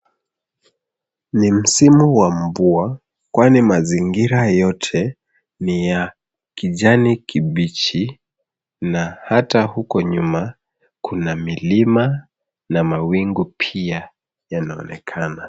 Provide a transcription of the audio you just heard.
Ni msimu wa mvua kwani mazingira yote ni ya kijani kibichi na hata huko nyuma kuna milima na mawingu pia yanaonekana.